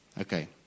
Okay